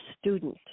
student